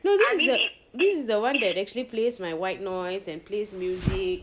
no this is the this is the one that actually plays my white noise and plays music